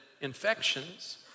infections